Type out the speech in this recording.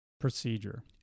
procedure